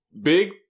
Big